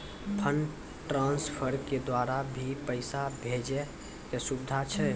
Fund transfer के द्वारा भी पैसा भेजै के सुविधा छै?